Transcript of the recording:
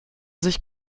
sich